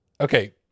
Okay